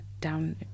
down